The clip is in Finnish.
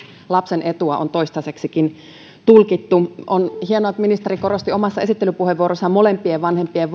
lapsen etua on toistaiseksikin tulkittu on hienoa että ministeri korosti omassa esittelypuheenvuorossaan molempien vanhempien